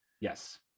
Yes